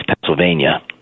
pennsylvania